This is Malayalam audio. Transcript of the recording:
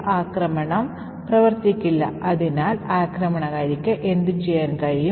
ഈ പ്രത്യേക പ്രോഗ്രാമിനായി കാനറികൾ പ്രാപ്തമാക്കാത്തപ്പോൾ എക്സിക്യൂഷന് എന്ത് സംഭവിക്കും